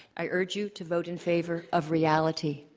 i urge you to vote in favor of reality.